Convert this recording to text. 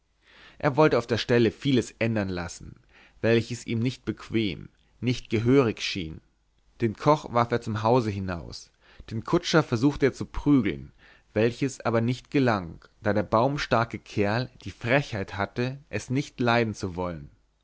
er wollte auf der stelle vieles ändern lassen welches ihm nicht bequem nicht gehörig schien den koch warf er zum hause hinaus den kutscher versuchte er zu prügeln welches aber nicht gelang da der baumstarke kerl die frechheit hatte es nicht leiden zu wollen